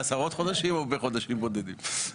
אם בעשרות חודשים או בחודשים בודדים (בצחוק).